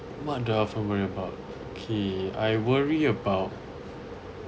what do I often worry about okay I worry about